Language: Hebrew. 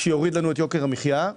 שיוריד לנו את יוקר המחיה.